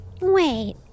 Wait